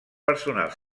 personal